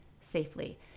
safely